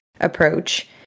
approach